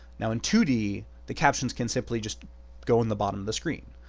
now in two d, the captions can simply just go in the bottom the screen.